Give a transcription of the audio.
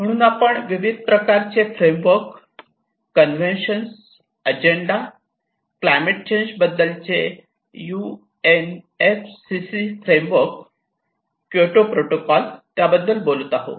म्हणून आपण विविध प्रकारचे framework conventions agenda climate change बद्दलचे युएनएफसीसीसी फ्रेमवर्क क्योटो प्रोटोकॉल त्याबद्दल बोलत आहो